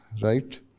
right